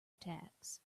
attacks